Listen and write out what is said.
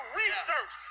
research